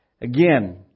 Again